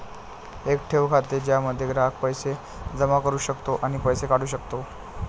एक ठेव खाते ज्यामध्ये ग्राहक पैसे जमा करू शकतो आणि पैसे काढू शकतो